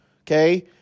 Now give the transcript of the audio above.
okay